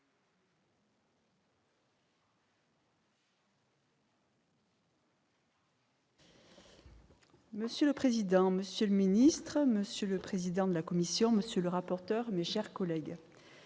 Monsieur le président, monsieur le secrétaire d'État, monsieur le président de la commission, monsieur le rapporteur, mes chers collègues,